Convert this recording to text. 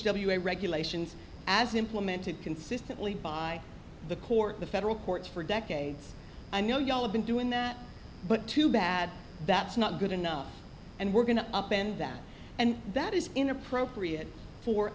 a regulations as implemented consistently by the court the federal courts for decades i know y'all have been doing that but too bad that's not good enough and we're going to up and that and that is inappropriate for